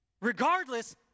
Regardless